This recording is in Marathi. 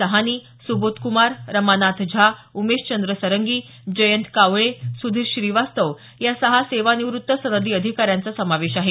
सहानी सुबोधकुमार रमानाथ झा उमेशचंद्र सरंगी जयंत कावळे सुधीर श्रीवास्तव या सहा सेवानिवृत्त सनदी अधिकाऱ्यांचा समावेश आहे